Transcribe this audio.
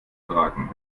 tragen